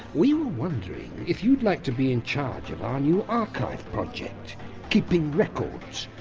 we were wondering if you'd like to be in charge of our new archive project keeping records.